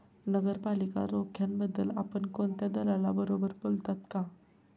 नगरपालिका रोख्यांबद्दल आपण कोणत्या दलालाबरोबर बोललात का?